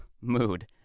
mood